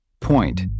Point